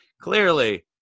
Clearly